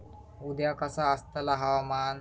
उद्या कसा आसतला हवामान?